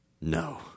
No